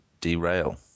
derail